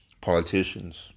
politicians